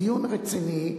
דיון רציני.